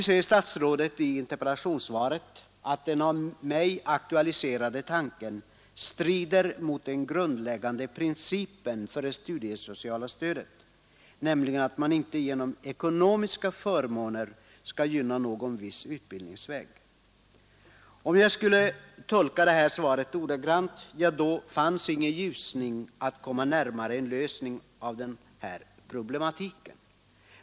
Statsrådet säger i interpellationssvaret att den av mig aktualiserade tanken strider mot den grundläggande principen för det studiesociala stödet, nämligen att man inte genom ekonomiska förmåner skall gynna någon viss utbildningsväg. Om jag skulle tolka svaret ordagrant, så fanns ingen ljusning när det gällde att komma närmare en lösning av denna problematik.